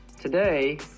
Today